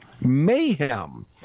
mayhem